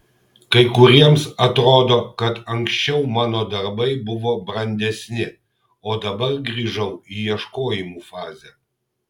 kai kuriems atrodo kad anksčiau mano darbai buvo brandesni o dabar grįžau į ieškojimų fazę